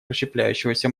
расщепляющегося